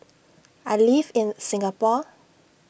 I live in Singapore